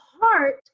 heart